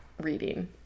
reading